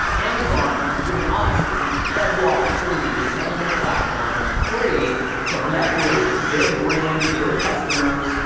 amazon has given us this incredible opportunity to sell on their platform for free to leverage their brand, their customers,